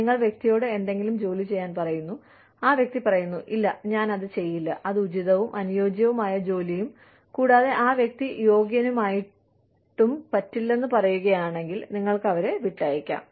നിങ്ങൾ വ്യക്തിയോട് എന്തെങ്കിലും ജോലി ചെയ്യാൻ പറയുന്നു ആ വ്യക്തി പറയുന്നു ഇല്ല ഞാൻ അത് ചെയ്യില്ല അത് ഉചിതവും അനുയോജ്യവുമായ ജോലിയും കൂടാതെ ആ വ്യക്തി യോഗ്യനുമായിട്ടും പറ്റില്ലെന്ന് പറയുകയാണെങ്കിൽ നിങ്ങൾക്ക് അവരെ വിട്ടയക്കാം